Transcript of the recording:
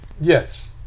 Yes